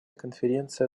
конференция